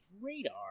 radar